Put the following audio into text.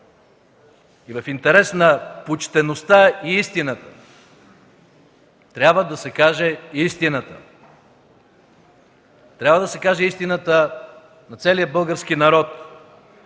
В интерес на почтеността и истината трябва да се каже истината. Трябва да се каже истината на целия български народ,